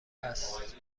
است